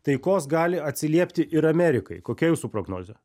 taikos gali atsiliepti ir amerikai kokia jūsų prognozė